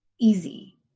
easy